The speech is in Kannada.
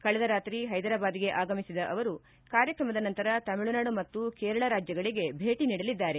ಕಳೆದ ರಾತ್ರಿ ಹೈದರಾಬಾದ್ಗೆ ಆಗಮಿಸಿದ ಅವರು ಕಾರ್ಯಕ್ರಮದ ನಂತರ ತಮಿಳುನಾಡು ಮತ್ತು ಕೇರಳ ರಾಜ್ಯಗಳಿಗೆ ಭೇಟಿ ನೀಡಲಿದ್ದಾರೆ